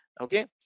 okay